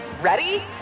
Ready